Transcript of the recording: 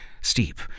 steep